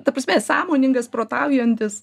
ta prasme sąmoningas protaujantis